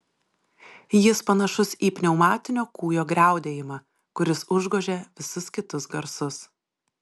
jis panašus į pneumatinio kūjo griaudėjimą kuris užgožia visus kitus garsus